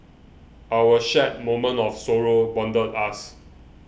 our shared moment of sorrow bonded us